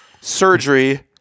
surgery